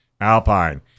Alpine